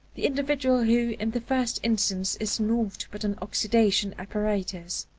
the individual who in the first instance is naught but an oxidation apparatus.